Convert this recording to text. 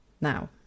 now